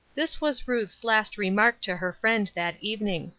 this was ruth's last remark to her friend that evening.